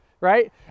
right